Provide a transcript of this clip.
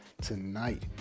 tonight